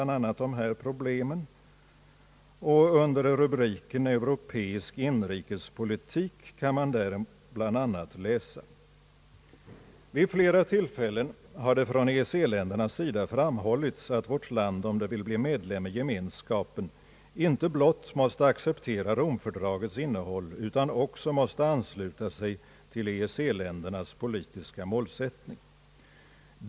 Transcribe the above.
Där kan man bl.a. läsa: »Vid flera tillfällen har det från EEC-ländernas sida framhållits att vårt land, om det vill bli medlem i gemenskapen, inte blott måste acceptera Rom-fördragets innehåll utan också måste ansluta sig till EEC-ländernas politiska målsättning.